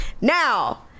Now